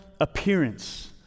appearance